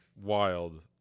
Wild